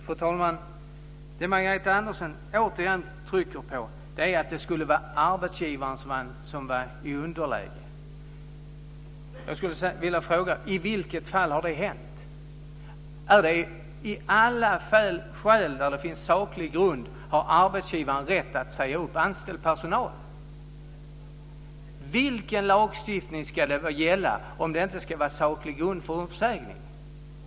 Fru talman! Det Margareta Andersson återigen trycker på är att det skulle vara arbetsgivaren som är i underläge. Jag skulle vilja fråga: I vilket fall har det hänt? I alla fall där det finns saklig grund har arbetsgivaren rätt att säga upp anställd personal. Vilken lagstiftning ska gälla om det inte ska vara saklig grund för uppsägning?